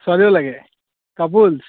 ছোৱালীও লাগে কাপোলছ